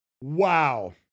wow